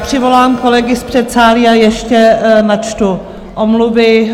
Přivolám kolegy z předsálí a ještě načtu omluvy.